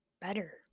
better